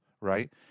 right